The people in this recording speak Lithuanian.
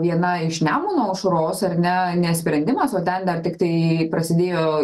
viena iš nemuno aušros ar ne ne sprendimas o ten dar tiktai prasidėjo